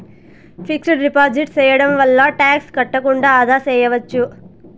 fixed deposit సేయడం వల్ల tax కట్టకుండా ఆదా సేయచ్చు